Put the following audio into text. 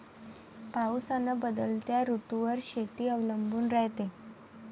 पाऊस अन बदलत्या ऋतूवर शेती अवलंबून रायते